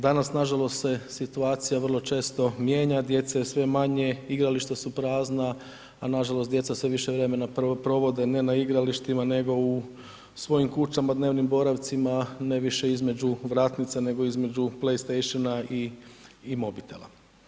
Danas nažalost se situacija, vrlo često mijenja, djece je sve manje, igrališta su prazna, a nažalost, djeca sve više i više vremena provode ne na igralištima nego u svojim kućama, dnevnim boravcima, ne više između vratnica nego između PlayStationa i mobitela.